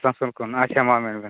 ᱟᱥᱟᱱᱥᱳᱞ ᱠᱷᱚᱱ ᱟᱪᱷᱟ ᱢᱟ ᱢᱮᱱᱵᱮᱱ